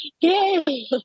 Yay